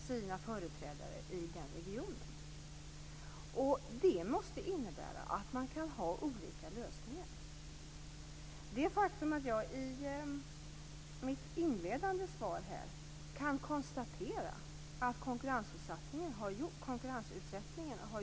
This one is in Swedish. Jag tycker tvärtom att om det inte finns möjlighet för konkurrens brukar det vara väldigt tydligt uttryckt om det är ett brott mot upphandlingsförordningen.